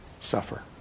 suffer